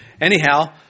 Anyhow